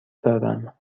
دارم